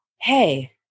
Hey